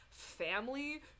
family